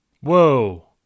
Whoa